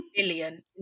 Billion